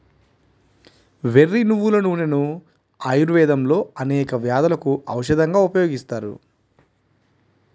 వెర్రి నువ్వుల నూనెను ఆయుర్వేదంలో అనేక వ్యాధులకు ఔషధంగా ఉపయోగిస్తారు